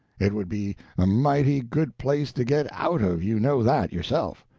it would be a mighty good place to get out of you know that, yourself.